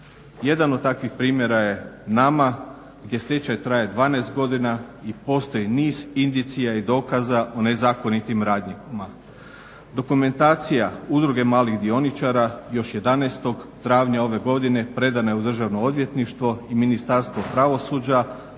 Jedan od takvih primjera je Nama gdje stečaj traje 12 godina i postoji niz indicija i dokaza o nezakonitim radnjama. Dokumentacija Udruge malih dioničara još 11.travnja ove godine predano je u Državno odvjetništvo i Ministarstvo pravosuđa